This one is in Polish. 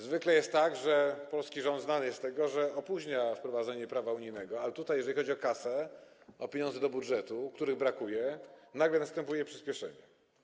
Zwykle jest tak, że polski rząd znany jest z tego, że opóźnia wprowadzenie prawa unijnego, a tutaj, jeżeli chodzi o kasę, o pieniądze do budżetu, których brakuje, nagle następuje przyspieszenie.